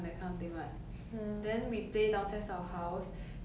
it was 一种 it's kind it's kind of like a 公园